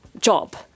job